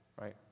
right